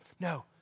No